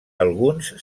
alguns